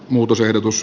muutosehdotus